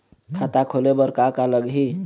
खाता खोले बर का का लगही?